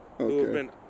Okay